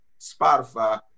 Spotify